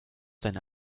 deine